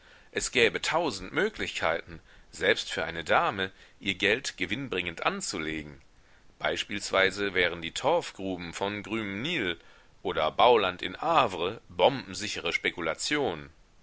es gäbe tausend möglichkeiten selbst für eine dame ihr geld gewinnbringend anzulegen beispielsweise wären die torfgruben von grümesnil oder bauland in havre bombensichere spekulationen